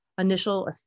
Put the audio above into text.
initial